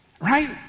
Right